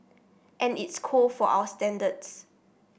and it's cold for our standards